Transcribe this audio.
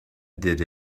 did